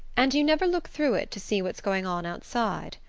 and you never look through it to see what's going on outside.